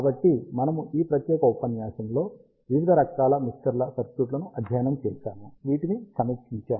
కాబట్టి మనము ఈ ప్రత్యేక ఉపన్యాసంలో వివిధ రకాల మిక్సర్ల సర్క్యూట్లను అధ్యయనం చేశాము వీటిని సమీక్షిద్దాం